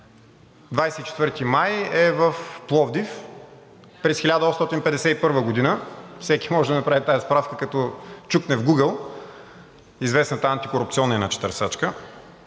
24 май е в Пловдив през 1851 г. Всеки може да направи тази справка, като чукне в Гугъл – известната антикорупционна иначе търсачка,